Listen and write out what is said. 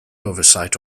oversight